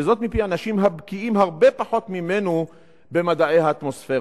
וזאת מפי אנשים הבקיאים הרבה פחות ממנו במדעי האטמוספירה,